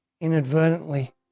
inadvertently